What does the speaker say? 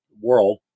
world